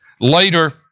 Later